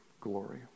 glory